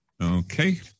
Okay